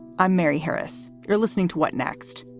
i'm mary harris. you're listening to what next.